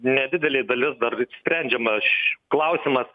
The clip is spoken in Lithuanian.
nedidelė dalis dar sprendžiamas klausimas